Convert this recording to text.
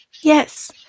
Yes